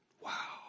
Wow